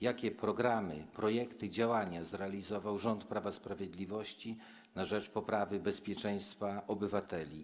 Jakie programy, projekty, działania zrealizował rząd Prawa i Sprawiedliwości na rzecz poprawy bezpieczeństwa obywateli?